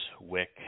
wick